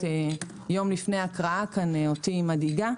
יום לפני ההקראה ואותי היא מדאיגה,